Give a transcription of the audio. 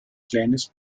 kleines